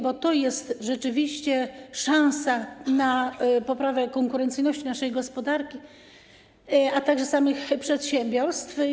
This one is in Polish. Bo to jest rzeczywiście szansa na poprawę konkurencyjności naszej gospodarki, a także samych przedsiębiorstw.